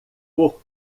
por